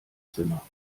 zimmer